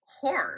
horror